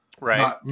Right